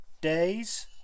days